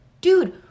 Dude